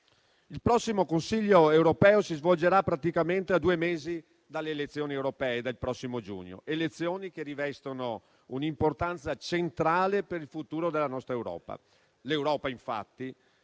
Il prossimo Consiglio europeo si svolgerà praticamente a due mesi dalle elezioni europee del prossimo giugno, elezioni che rivestono un'importanza centrale per il futuro della nostra Europa. L'Europa, infatti,